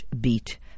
beat